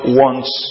wants